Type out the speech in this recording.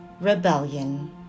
rebellion